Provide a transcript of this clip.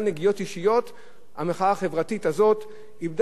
המחאה החברתית הזאת איבדה את האותנטיות,